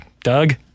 Doug